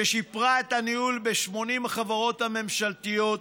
ששיפרה את הניהול ב-80 החברות הממשלתיות.